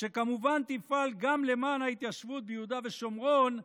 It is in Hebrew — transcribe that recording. שכמובן יפעלו גם למען ההתיישבות ביהודה ושומרון,